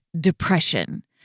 depression